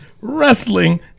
Wrestling